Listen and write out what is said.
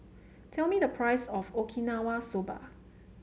tell me the price of Okinawa Soba